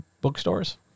bookstores